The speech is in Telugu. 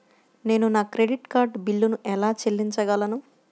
నేను నా క్రెడిట్ కార్డ్ బిల్లును ఎలా చెల్లించగలను?